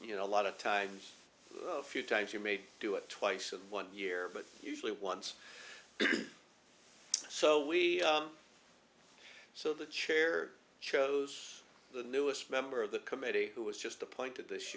you know a lot of times few times you made do it twice in one year but usually once so we so the chair chose the newest member of the committee who was just appointed this